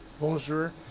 Bonjour